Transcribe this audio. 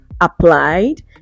applied